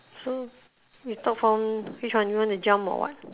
so we talk from which one you want to jump or what